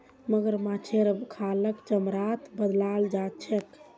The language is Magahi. मगरमच्छेर खालक चमड़ात बदलाल जा छेक